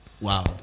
Wow